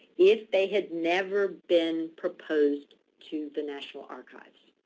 if they had never been proposed to the national archives,